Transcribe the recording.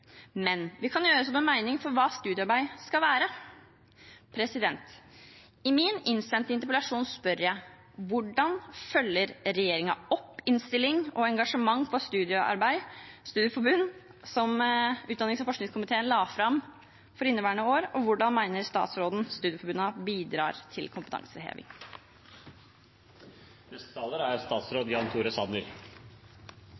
Men vi kan gjøre oss opp en mening om hva studiearbeid skal være. I min innsendte interpellasjon spør jeg: Hvordan følger regjeringen opp innstillingen – og engasjementet – som gjelder studieforbund, som utdannings- og forskningskomiteen la fram for inneværende år? Og hvordan mener statsråden studieforbundene bidrar til kompetanseheving?